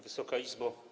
Wysoka Izbo!